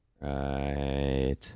Right